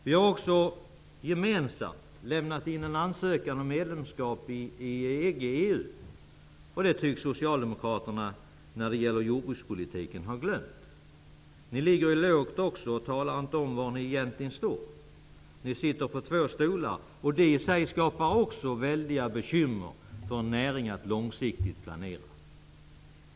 Vi har också gemensamt lämnat in en ansökan om medlemskap i EG/EU, och det tycks socialdemokraterna när det gäller jordbrukspolitiken ha glömt. Ni ligger dessutom lågt och talar inte om vad ni egentligen anser. Ni sitter på två stolar. Också detta skapar väldiga bekymmer för näringens långsiktiga planering.